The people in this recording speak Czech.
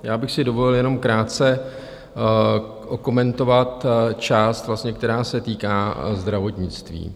Já bych si dovolil jenom krátce okomentovat část, která se týká zdravotnictví.